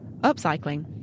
Upcycling